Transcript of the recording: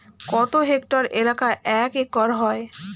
কত হেক্টর এলাকা এক একর হয়?